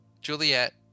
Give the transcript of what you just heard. Juliet